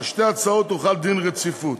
על שתי ההצעות הוחל דין רציפות.